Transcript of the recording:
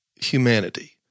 humanity